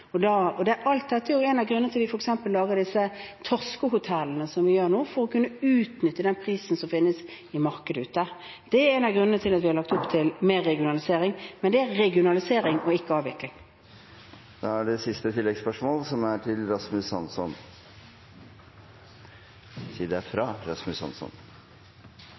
Alt dette er en av grunnene til at vi f.eks. lager de torskehotellene som vi nå gjør, for å kunne utnytte den prisen som finnes ute i markedet. Det er en av grunnene til at vi har lagt opp til mer regionalisering, men det er regionalisering og ikke avvikling. Rasmus Hansson – til siste oppfølgingsspørsmål. Den delen av fiskeflåten som kalles kystflåten, er